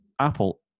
apple